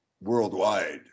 worldwide